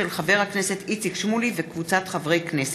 של חבר הכנסת איציק שמולי וקבוצת חברי הכנסת,